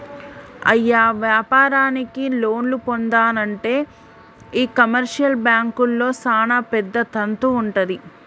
అయ్య వ్యాపారానికి లోన్లు పొందానంటే ఈ కమర్షియల్ బాంకుల్లో సానా పెద్ద తంతు వుంటది